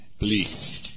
Please